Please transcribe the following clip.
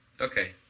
Okay